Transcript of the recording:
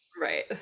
right